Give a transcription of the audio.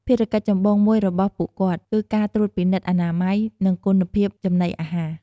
ភារកិច្ចចម្បងមួយរបស់ពួកគាត់ គឺការត្រួតពិនិត្យអនាម័យ និងគុណភាពចំណីអាហារ ។